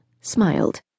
smiled